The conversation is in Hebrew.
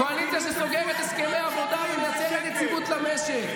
שמקדמת את הביטחון ומשנה את המשוואה.